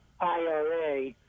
IRA